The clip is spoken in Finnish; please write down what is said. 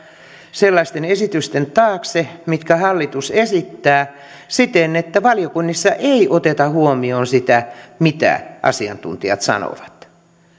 sellaisten esitysten taakse mitkä hallitus esittää siten että valiokunnissa ei oteta huomioon sitä mitä asiantuntijat sanovat